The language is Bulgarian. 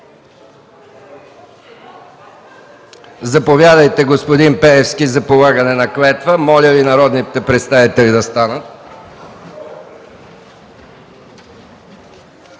Заповядайте, господин Пеевски, за полагане на клетва. Моля народните представители да станат.